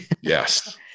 Yes